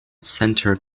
center